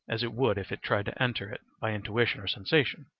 as it would if it tried to enter it by intuition or sensation.